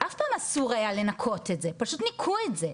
אף פעם אסור היה לנקות את זה, פשוט ניקו את זה,